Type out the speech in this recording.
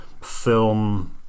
film